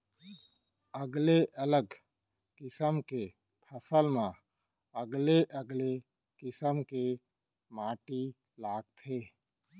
अलगे अलग किसम के फसल म अलगे अलगे किसम के माटी लागथे